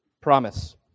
promise